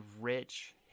rich